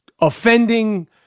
offending